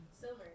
Silver